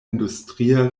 industria